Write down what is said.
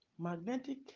Magnetic